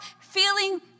feeling